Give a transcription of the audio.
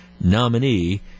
nominee